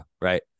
right